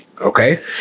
Okay